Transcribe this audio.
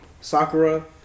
Sakura